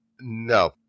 no